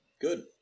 Good